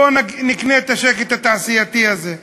בואו נקנה את השקט התעשייתי הזה.